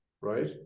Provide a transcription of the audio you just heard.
Right